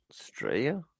Australia